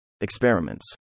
Experiments